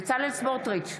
בצלאל סמוטריץ'